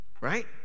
right